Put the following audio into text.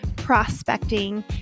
prospecting